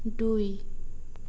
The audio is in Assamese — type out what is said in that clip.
দুই